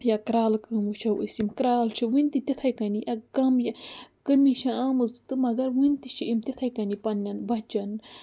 یا کرٛالہٕ کٲم وٕچھو أسۍ یِم کرٛال چھِ وٕنۍ تہِ تِتھَے کٔنی کَم یہِ کٔمی چھےٚ آمٕژ تہٕ مگر وٕنۍ تہِ چھِ یِم تِتھَے کٔنی پنٛنٮ۪ن بَچَن